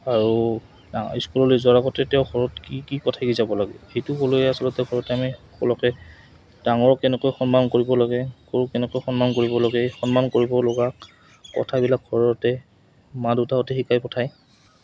আৰু স্কুললৈ যোৱাৰ আগতে তেওঁ ঘৰত কি কি কথা শিকি যাব লাগে সেইটো হ'ল আচলতে সৰুতে আমি সকলোকে ডাঙৰক কেনেকৈ সন্মান কৰিব লাগে সৰুক কেনেকৈ সন্মান কৰিব লাগে সন্মান কৰিব লগা কথাবিলাক ঘৰতে মা দেউতাহঁতে শিকাই পঠায়